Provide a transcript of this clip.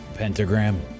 pentagram